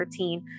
2013